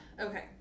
okay